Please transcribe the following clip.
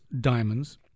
diamonds